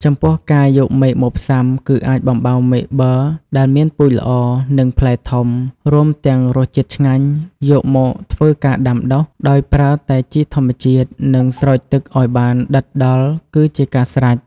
ចំពោះការយកមែកមកផ្សាំ គឺអាចបំបៅមែកប័រ ដែលមានពូជល្អ និងផ្លែធំ រួមទាំងរសជាតិឆ្ងាញ់ យកមកធ្វើការដាំដុះ ដោយប្រើតែជីធម្មជាតិ និងស្រោចទឹកឲ្យបានដិតដល់ គឺជាការស្រេច។